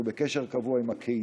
אנחנו בקשר קבוע עם הקהילות